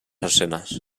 escenes